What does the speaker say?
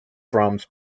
drums